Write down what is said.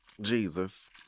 Jesus